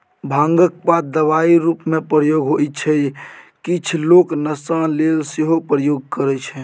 भांगक पात दबाइ रुपमे प्रयोग होइ छै किछ लोक नशा लेल सेहो प्रयोग करय छै